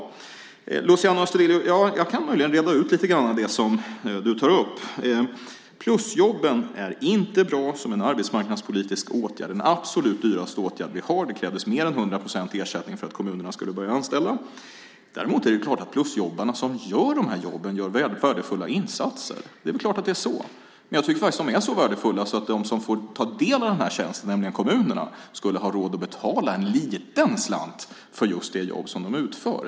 Jag kan möjligen, Luciano Astudillo, reda ut lite grann av det som du tar upp. Plusjobb är inte bra som arbetsmarknadspolitisk åtgärd. Det är den absolut dyraste åtgärd vi har. Det krävdes mer än hundra procents ersättning för att kommunerna skulle börja anställa. Däremot gör plusjobbarna, de som har de jobben, givetvis värdefulla insatser. Det är klart att det är så. Jag tycker att de faktiskt är så värdefulla att de som får ta del av dessa tjänster, nämligen kommunerna, skulle ha råd att betala en liten slant för de jobb som plusjobbarna utför.